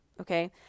okay